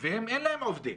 ואין להם עובדים.